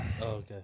okay